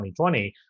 2020